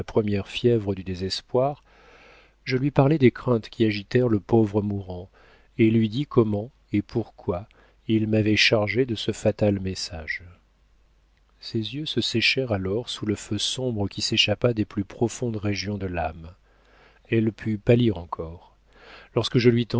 première fièvre du désespoir je lui parlai des craintes qui agitèrent le pauvre mourant et lui dis comment et pourquoi il m'avait chargé de ce fatal message ses yeux se séchèrent alors sous le feu sombre qui s'échappa des plus profondes régions de l'âme elle put pâlir encore lorsque je lui